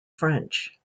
french